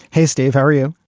hey, steve vario.